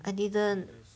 I didn't